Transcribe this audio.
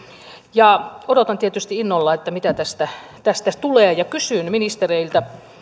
odotan tietysti innolla mitä tästä tästä tulee ja kysyn ministereiltä